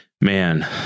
Man